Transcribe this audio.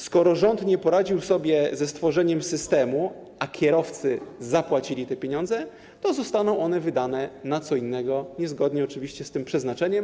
Skoro rząd nie poradził sobie ze stworzeniem systemu, a kierowcy zapłacili te pieniądze, to zostaną one wydane na co innego, niezgodnie oczywiście z tym przeznaczeniem.